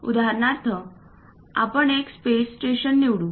उदाहरणार्थ आपण एक स्पेस स्टेशन निवडू